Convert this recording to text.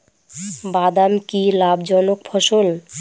বাদাম কি লাভ জনক ফসল?